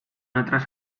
otras